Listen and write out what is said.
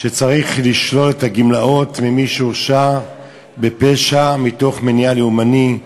שצריך לשלול את הגמלאות ממי שהורשע בפשע מתוך מניע לאומני.